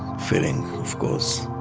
feeling of course.